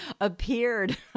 appeared